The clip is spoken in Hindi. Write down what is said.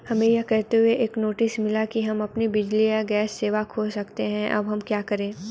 हमें यह कहते हुए एक नोटिस मिला कि हम अपनी बिजली या गैस सेवा खो सकते हैं अब हम क्या करें?